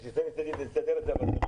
תודה.